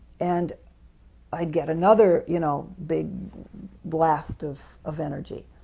and i'd get another you know big blast of of energy.